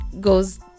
goes